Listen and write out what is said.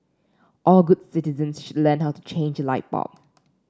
all good citizens should learn how to change a light bulb